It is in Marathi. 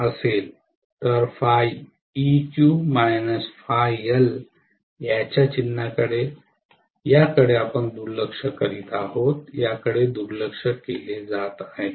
तर याच्या चिन्हाकडे याकडे आपण दुर्लक्ष करीत आहोत याकडे दुर्लक्ष केले जात आहे